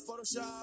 Photoshop